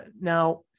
now